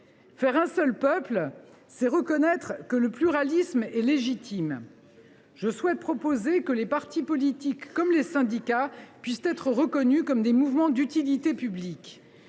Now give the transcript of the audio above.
Faire un seul peuple, c’est reconnaître que le pluralisme est légitime. Je souhaite proposer que les partis politiques, comme les syndicats, puissent être reconnus comme des mouvements d’utilité publique.